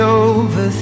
over